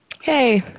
Hey